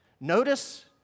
notice